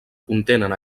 contenen